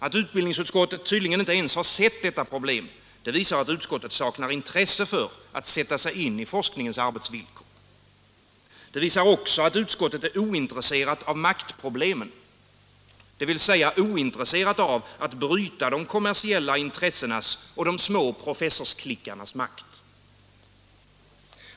Att utbildningsutskottet tydligen inte ens har insett detta problem visar att utskottet saknar intresse för att sätta sig in i forskningens arbetsvillkor. Det visar också att utskottet är ointresserat av maktproblemen — dvs. ointresserat av att bryta de kommersiella intressenas och de små professorsklickarnas makt.